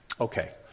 Okay